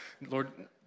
Lord